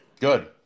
Good